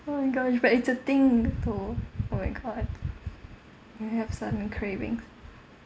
oh my gosh but it's a thing though oh my god you have sudden craving